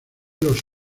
los